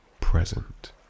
present